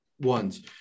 ones